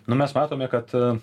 nu mes matome kad